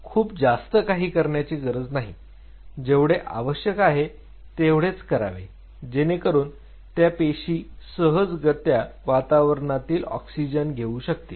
खूप जास्त काही करण्याची गरज नाही जेवढे आवश्यक आहे तेवढेच करावे जेणेकरून त्या पेशी सहजगत्या वातावरणातील ऑक्सिजन घेऊ शकतील